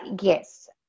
yes